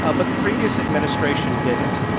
ah but the previous administration didn't.